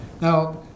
Now